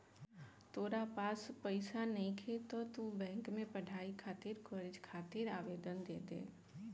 तोरा पास पइसा नइखे त तू बैंक में पढ़ाई खातिर कर्ज खातिर आवेदन दे दे